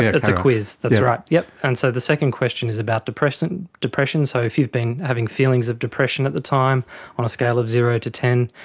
it's a quiz that's right, yeah and so the second question is about depression. so if you've been having feelings of depression at the time on a scale of zero to ten,